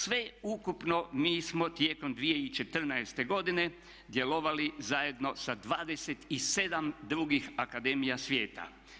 Sveukupno mi smo tijekom 2014.godine djelovali zajedno sa 27 drugih akademija svijeta.